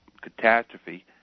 catastrophe